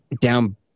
Down